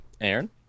aaron